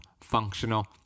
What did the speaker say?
functional